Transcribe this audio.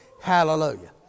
Hallelujah